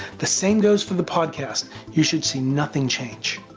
the same goes for the podcast you should see nothing change.